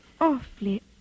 awfully